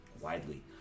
widely